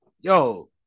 yo